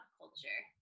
culture